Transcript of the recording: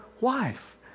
wife